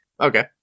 okay